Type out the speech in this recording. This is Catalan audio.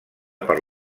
per